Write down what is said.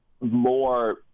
more